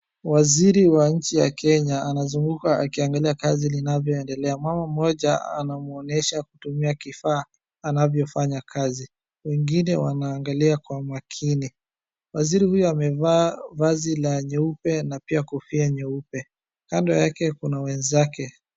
Waziri wa nchi ya Kenya anazunguka akiangalia kazi linavyoendelea. Mama mmoja anamuonyesha kutumia kifaa anavyofanya kazi. Wengine wanaangalia kwa makini. Waziri huyo amevaa vazi la nyeupe na pia kofia nyeupe. Kando yake kuna wenzake.